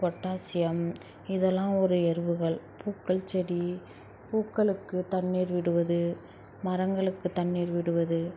potassium இதெல்லாம் ஒரு எருகள் பூக்கள் செடி பூக்களுக்கு தண்ணீர் விடுவது மரங்களுக்கு தண்ணீர் விடுவது